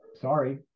sorry